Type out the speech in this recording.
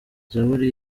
zaburi